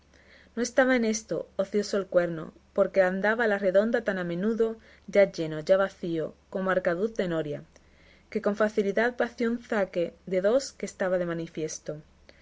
no estaba en esto ocioso el cuerno porque andaba a la redonda tan a menudo ya lleno ya vacío como arcaduz de noria que con facilidad vació un zaque de dos que estaban de manifiesto